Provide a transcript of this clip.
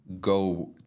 go